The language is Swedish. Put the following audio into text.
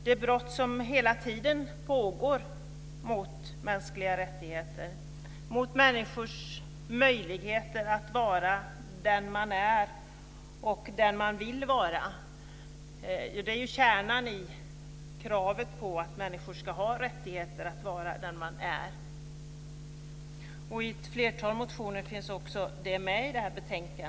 De brott som hela tiden pågår mot mänskliga rättigheter och mot människors möjligheter att vara den de är och den de vill vara är kärnan i kravet på att människor ska ha rätt att vara den de är. I ett flertal motioner som tas upp i detta betänkande finns det med.